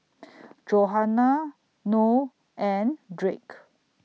Johannah Noe and Drake